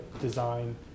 design